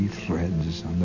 Threads